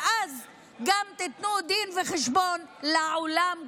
ואז גם תיתנו דין וחשבון לעולם כולו.